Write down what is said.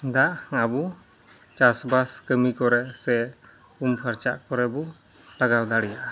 ᱫᱟᱜ ᱟᱵᱚ ᱪᱟᱥᱵᱟᱥ ᱠᱟᱹᱢᱤᱠᱚᱨᱮ ᱥᱮ ᱩᱢᱼᱯᱷᱟᱨᱪᱟᱜ ᱠᱚᱨᱮᱵᱚ ᱞᱟᱜᱟᱣ ᱫᱟᱲᱮᱭᱟᱜᱼᱟ